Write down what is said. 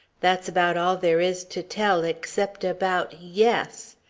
that's about all there is to tell except about yes.